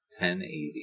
1080